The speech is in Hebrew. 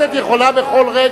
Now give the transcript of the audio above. יכולה,